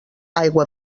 aigua